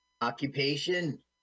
Occupation